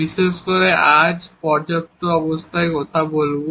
বিশেষ করে আজ আমরা পর্যাপ্ত শর্তের কথা বলব